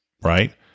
right